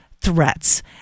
threats